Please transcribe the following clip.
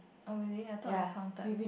oh really I thought we counted